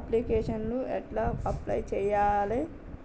అప్లికేషన్లను ఎట్ల అప్లయ్ చేయాలే?